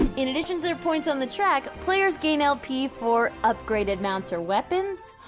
in addition to their points on the track, players gain lp for upgraded mounts or weapons.